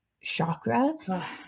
chakra